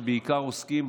שבעיקר עוסקים,